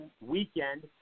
weekend